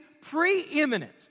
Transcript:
preeminent